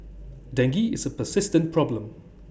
dengue is A persistent problem